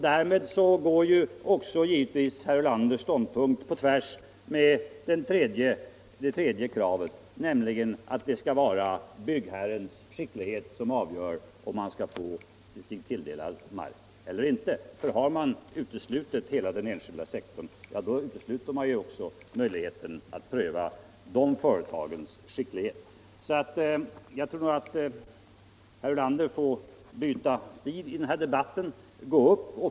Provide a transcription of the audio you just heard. Därmed går herr Ulanders ståndpunkt givetvis också tvärtemot kravet att byggherrens skicklighet skall avgöra om han skall få sig tilldelad mark eller inte. Har man uteslutit hela den enskilda sektorn, så har man också uteslutit möjligheterna att pröva dessa företags skicklighet. Jag tror att herr Ulander får byta stil i den här debatten.